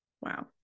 wow